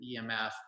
emf